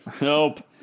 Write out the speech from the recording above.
Nope